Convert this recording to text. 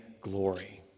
glory